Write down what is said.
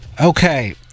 okay